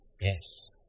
Yes